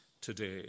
today